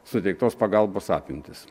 suteiktos pagalbos apimtys